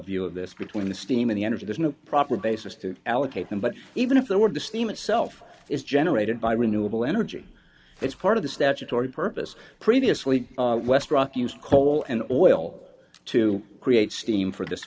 view of this between the steam in the energy there's no proper basis to allocate them but even if there were the steam itself is generated by renewable energy it's part of the statutory purpose previously west rock used coal and oil to create steam for this